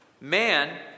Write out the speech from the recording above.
Man